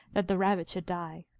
that the rabbit should die.